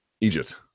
Egypt